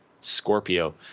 Scorpio